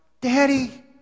Daddy